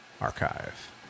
Archive